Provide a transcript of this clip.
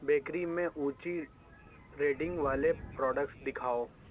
bakery میں اونچی rating والے پروڈکٹس دکھاؤ